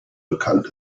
bekannt